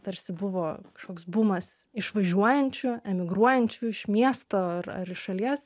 tarsi buvo kažkoks bumas išvažiuojančių emigruojančių iš miesto ar ar iš šalies